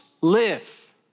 live